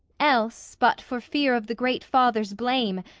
else, but for fear of the great father's blame,